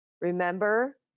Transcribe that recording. Remember